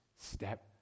step